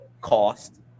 Cost